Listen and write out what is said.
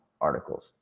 articles